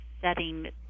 setting